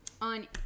on